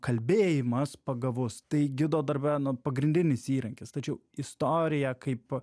kalbėjimas pagavos tai gido darbe nu pagrindinis įrankis tačiau istoriją kaip